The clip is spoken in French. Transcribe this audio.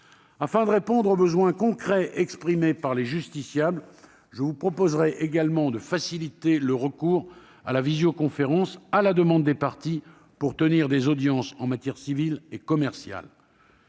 Afin de satisfaire les besoins concrets exprimés par les justiciables, je vous proposerai également de faciliter le recours à la visioconférence, à la demande des parties, pour tenir des audiences en matière civile et commerciale.